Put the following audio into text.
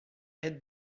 aide